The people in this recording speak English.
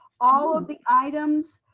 all of the items